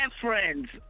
friends